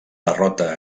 derrota